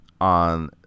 on